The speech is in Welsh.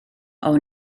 ond